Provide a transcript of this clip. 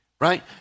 right